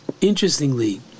interestingly